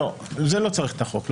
לא, לזה לא צריך את החוק.